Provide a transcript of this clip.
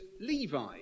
Levi